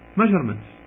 measurements